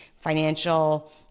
financial